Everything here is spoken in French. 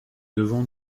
devons